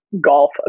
golf